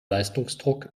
leistungsdruck